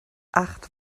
acht